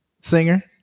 singer